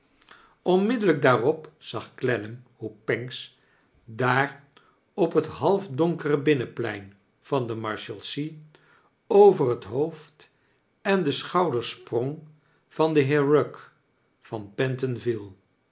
onmiddellijk daarop zag clennam hoe pancks daar op het halfdonkere binnenplein van de marshalsea over het hoofd en de schouders sprong van den heer rugg van pentonville